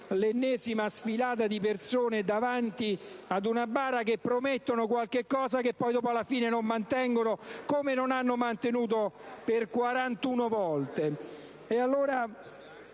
l'ennesima sfilata di persone davanti ad una bara, che promettono qualcosa che alla fine non mantengono, come non l'hanno mantenuta per 40 volte.